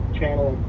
channel